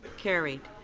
carried.